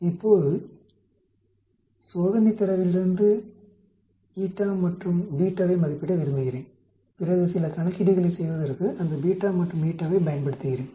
இப்போது சோதனைத் தரவிலிருந்து η மற்றும் β வை மதிப்பிட விரும்புகிறேன் பிறகு சில கணக்கீடுகளைச் செய்வதற்கு அந்த β மற்றும் η வைப் பயன்படுத்துகிறேன்